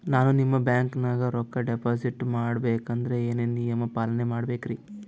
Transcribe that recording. ನಾನು ನಿಮ್ಮ ಬ್ಯಾಂಕನಾಗ ರೊಕ್ಕಾ ಡಿಪಾಜಿಟ್ ಮಾಡ ಬೇಕಂದ್ರ ಏನೇನು ನಿಯಮ ಪಾಲನೇ ಮಾಡ್ಬೇಕ್ರಿ?